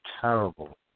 terrible